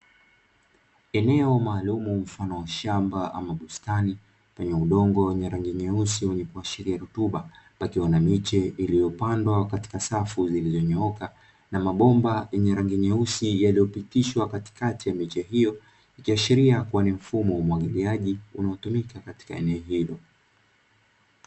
Eneo maalumu mfano wa shamba ama bustani, lenye udongo wenye rangi nyeusi wenye kuashiria rutuba, pakiwa na miche iliyopandwa katika safu zilizonyooka, na mabomba yenye rangi nyeusi yaliyopitishwa katikati ya miche hiyo, ikiashiria kuwa ni mfumo wa umwagiliaji unaotumika katika eneo hilo.